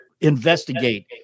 investigate